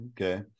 Okay